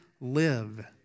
live